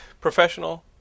professional